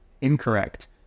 incorrect